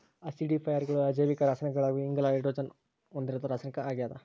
ಆಸಿಡಿಫೈಯರ್ಗಳು ಅಜೈವಿಕ ರಾಸಾಯನಿಕಗಳಾಗಿವೆ ಇಂಗಾಲ ಹೈಡ್ರೋಜನ್ ಹೊಂದಿರದ ರಾಸಾಯನಿಕ ಆಗ್ಯದ